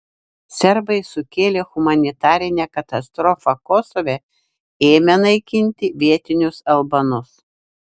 serbai sukėlė humanitarinę katastrofą kosove ėmę naikinti vietinius albanus